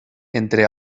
entre